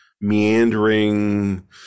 meandering